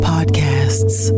Podcasts